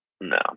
No